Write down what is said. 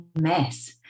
mess